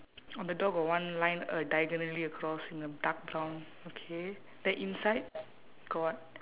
on the door got one line uh diagonally across and a dark brown okay then inside got